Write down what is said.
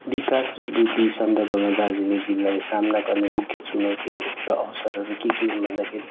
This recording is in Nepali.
विकास र वृद्धि सन्दर्भमा दार्जिलिङ जिल्लाले सामना गर्ने मुख्य चुनौतीहरू र अवसरहरू के के हुन् भन्दाखेरि